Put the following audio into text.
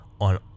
on